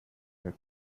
her